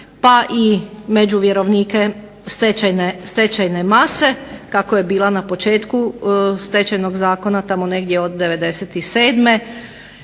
pa i među vjerovnike stečajne mase kako je bila na početku Stečajnog zakona tamo negdje od 97.